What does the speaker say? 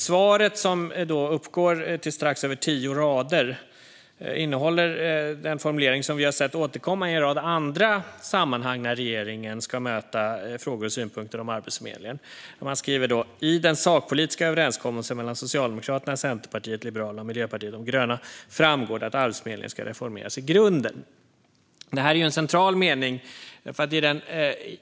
Svaret, som uppgår till strax över tio rader, innehåller den formulering som vi har sett i en rad andra sammanhang när regeringen ska möta frågor om och synpunkter på Arbetsförmedlingen. Man skriver: I den sakpolitiska överenskommelsen mellan Socialdemokraterna, Centerpartiet, Liberalerna och Miljöpartiet de gröna framgår det att Arbetsförmedlingen ska reformeras i grunden. Det är en central mening.